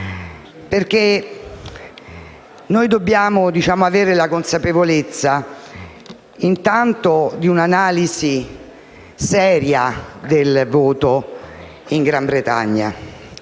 perché intanto dobbiamo avere la consapevolezza di un'analisi seria del voto in Gran Bretagna.